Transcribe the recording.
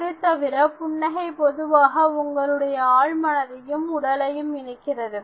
அதைத்தவிர புன்னகை பொதுவாக உங்களுடைய ஆழ் மனதையும் உடலையும் இணைக்கிறது